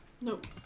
Nope